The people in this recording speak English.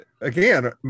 again